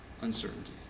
uncertainty